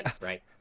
right